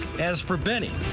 as for benny,